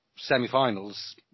semi-finals